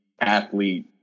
athlete